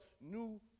new